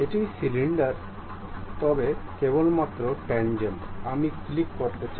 এটি সিলিন্ডার তবে কেবলমাত্র ট্যানজেন্টে আমি ক্লিক করতে চাই